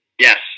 Yes